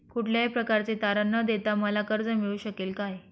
कुठल्याही प्रकारचे तारण न देता मला कर्ज मिळू शकेल काय?